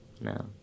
No